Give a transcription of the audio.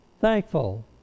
thankful